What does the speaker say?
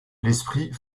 l’esprit